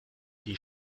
die